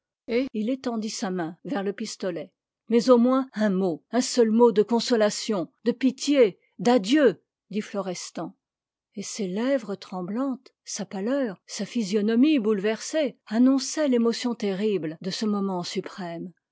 il étendit sa main vers le pistolet mais au moins un mot un seul mot de consolation de pitié d'adieu dit florestan et ses lèvres tremblantes sa pâleur sa physionomie bouleversée annonçaient l'émotion terrible de ce moment suprême